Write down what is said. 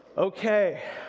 Okay